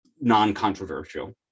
Non-controversial